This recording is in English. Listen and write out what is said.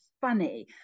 funny